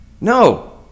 No